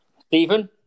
Stephen